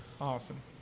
Awesome